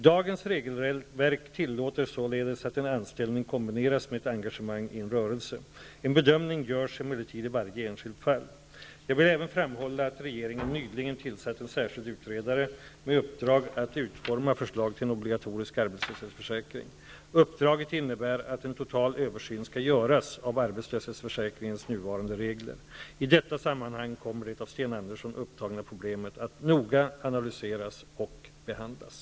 Dagens regelverk tillåter således att en anställning kombineras med ett engagemang i en rörelse. En bedömning görs emellertid i varje enskilt fall. Jag vill även framhålla att regeringen nyligen tillsatt en särskild utredare med uppdrag att utforma förslag till en obligatorisk arbetslöshetsförsäkring. Uppdraget innebär att en total översyn skall göras av arbetslöshetsförsäkringens nuvarande regler. I detta sammanhang kommer det av Sten Andersson upptagna problemet att noga analyseras och behandlas.